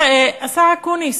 השר אקוניס,